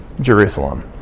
Jerusalem